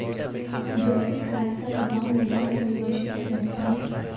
जैविक खाद का प्रभाव मृदा में कई वर्षों तक रहता है